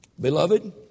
Beloved